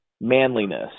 manliness